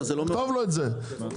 כתוב לו את זה בהחלטה.